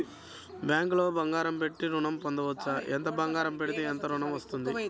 బ్యాంక్లో బంగారం పెట్టి నేను ఋణం పొందవచ్చా? ఎంత బంగారం పెడితే ఎంత ఋణం వస్తుంది?